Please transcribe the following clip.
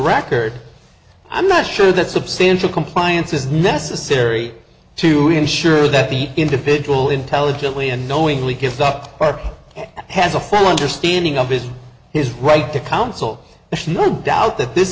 record i'm not sure that substantial compliance is necessary to ensure that the individual intelligently and knowingly gives up and has a full understanding of is his right to counsel no doubt that this